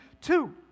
two